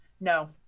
No